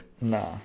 Nah